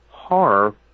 horror